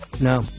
No